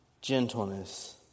Gentleness